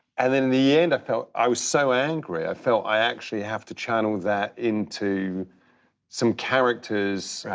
and in the end i felt, i was so angry i felt i actually have to channel that into some characters. right.